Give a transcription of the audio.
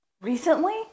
Recently